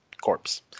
corpse